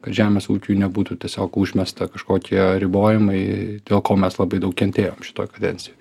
kad žemės ūkiui nebūtų tiesiog užmesta kažkokie ribojimai dėl ko mes labai daug kentėjom šitoj kadencijoj